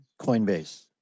Coinbase